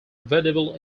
available